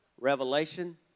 Revelation